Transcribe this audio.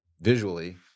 visually